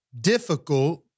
difficult